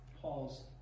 Paul's